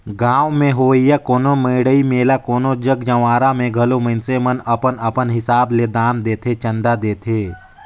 गाँव में होवइया कोनो मड़ई मेला कोनो जग जंवारा में घलो मइनसे मन अपन अपन हिसाब ले दान देथे, चंदा देथे